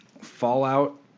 Fallout